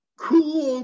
cool